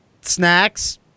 snacks